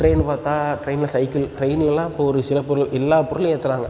train பார்த்தா ட்ரெயினில் cycle ட்ரெயினுகள்லாம் இப்போ ஒரு சிறப் பொருள் எல்லா பொருளும் ஏற்றுறாங்க